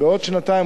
בעוד שנתיים,